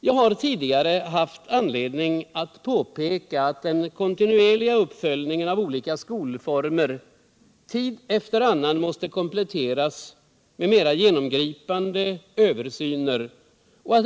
Jag har tidigare haft anledning att påpeka att den kontinuerliga uppföljningen av olika skolformer tid efter annan måste kompletteras med mera genomgripande översyner.